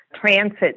Transit